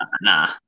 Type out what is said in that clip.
nah